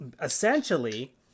essentially